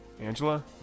Angela